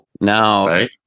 now